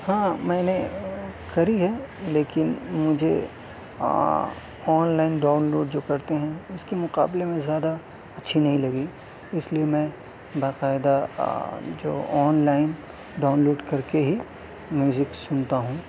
ہاں میں نے کی ہے لیکن مجھے آن لائن ڈاؤن لوڈ جو کرتے ہیں اس کے مقابلے میں زیادہ اچھی نہیں لگی اس لیے میں باقاعدہ جو آن لائن ڈاؤن لوڈ کر کے ہی میوزک سنتا ہوں